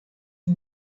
die